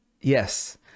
yes